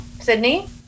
Sydney